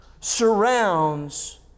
surrounds